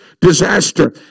disaster